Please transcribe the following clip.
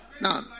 Now